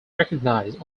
recognized